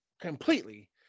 completely